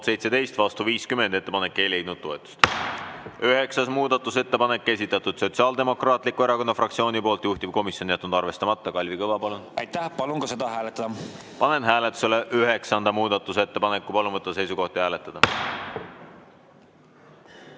17, vastu 52, ettepanek ei leidnud toetust. Kümnes muudatusettepanek, esitanud Sotsiaaldemokraatliku Erakonna fraktsioon, juhtivkomisjon on jätnud arvestamata. Kalvi Kõva, palun! Aitäh! Palun seda hääletada. Panen hääletusele kümnenda muudatusettepaneku. Palun võtta seisukoht ja hääletada!